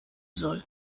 soll